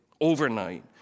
overnight